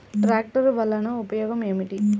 ట్రాక్టర్లు వల్లన ఉపయోగం ఏమిటీ?